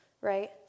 right